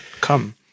Come